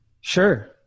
Sure